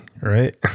right